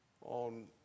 on